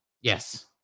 Yes